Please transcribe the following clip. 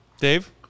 Dave